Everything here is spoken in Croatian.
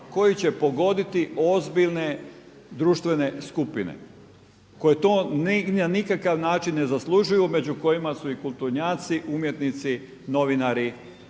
koji će pogoditi ozbiljne društvene skupine koje to na nikakav način ne zaslužuju među kojima su i kulturnjaci, umjetnici, novinari